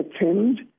attend